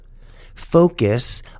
Focus